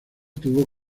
tuvo